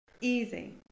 Easy